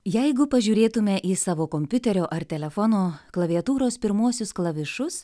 jeigu pažiūrėtume į savo kompiuterio ar telefono klaviatūros pirmuosius klavišus